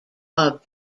are